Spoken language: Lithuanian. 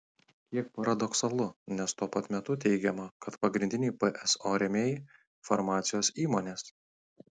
kiek paradoksalu nes tuo pat metu teigiama kad pagrindiniai pso rėmėjai farmacijos įmonės